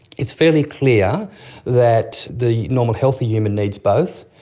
it's fairly clear that the normal healthy human needs both,